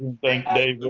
thank you.